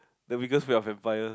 that's because we're vampire